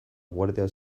guardia